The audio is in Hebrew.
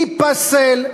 ייפסל.